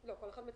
לא יכול להיות